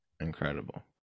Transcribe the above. Incredible